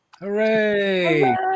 Hooray